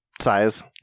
Size